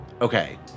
Okay